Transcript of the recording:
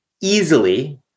easily